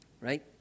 right